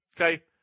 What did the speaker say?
okay